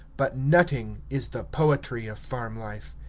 but nutting is the poetry, of farm life.